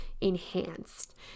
enhanced